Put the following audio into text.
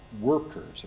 workers